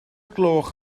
gloch